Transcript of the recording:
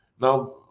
now